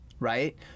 Right